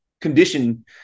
condition